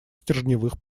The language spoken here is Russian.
стержневых